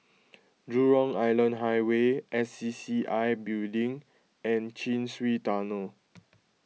Jurong Island Highway S C C I Building and Chin Swee Tunnel